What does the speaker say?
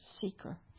seeker